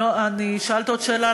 שאלת עוד שאלה,